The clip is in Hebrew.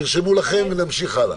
תרשמו לכם, ונמשיך הלאה.